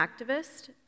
activist